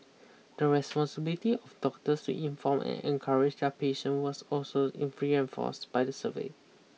the responsibility of doctors to inform and encourage their patient was also in reinforced by the survey